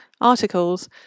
articles